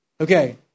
Okay